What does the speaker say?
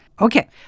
Okay